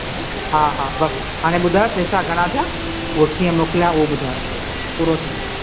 हा हा बसि हाणे ॿुधायो पेसा घणा थिया उहो कीअं मोकिलियां उहो ॿुधायो पूरो थियो